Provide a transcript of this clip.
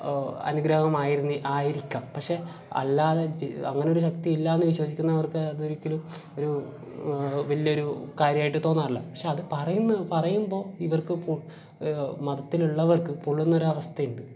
അനുഗ്രഹമായിരുന്ന് ഈ ആയിരിക്കാം പക്ഷേ അല്ലാതെ അങ്ങനെയൊരു ശക്തി ഇല്ലായെന്ന് വിശ്വസിക്കുന്നവർക്ക് അതൊരിക്കലും ഒരു വല്യൊരു കാര്യമായിട്ട് തോന്നാറില്ല പക്ഷെ അത് പറയുന്ന പറയുമ്പോൾ ഇവർക്ക് ഇപ്പോൾ മതത്തിലുള്ളവർക്ക് പൊള്ളുന്നൊരവസ്ഥയുണ്ട്